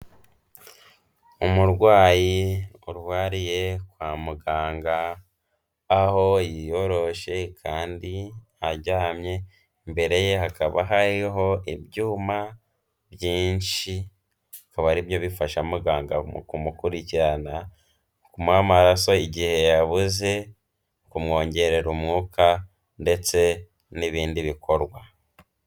Umurwayi urwariye kwa muganga, aho yiyoroshe kandi aryamye, imbere ye hakaba hariho ibyuma byinshi, bikaba ari byo bifasha muganga mu kumukurikirana, kumwe amaraso igihe yabuze, kumwongerera umwuka ndetse n'ibindi bikorwa.